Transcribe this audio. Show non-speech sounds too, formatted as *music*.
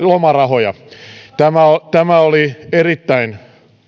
*unintelligible* lomarahoja oli erittäin